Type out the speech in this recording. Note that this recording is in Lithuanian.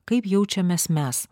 kaip jaučiamės mes